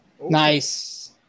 Nice